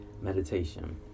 meditation